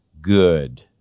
good